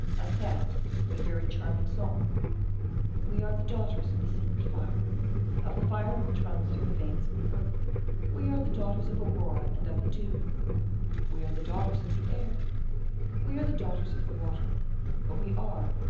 a sad but very charming song we are the daughters of the secret fire of the fire which runs through the veins of the earth we are the daughters of aurora and of the dew we are the daughters of the air we are the daughters of the water but we are,